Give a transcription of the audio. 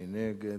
מי נגד?